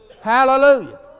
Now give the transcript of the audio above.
Hallelujah